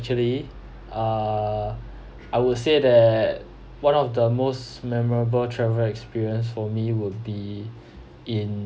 actually err I would say that one of the most memorable travel experience for me would be in